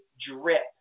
drip